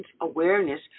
Awareness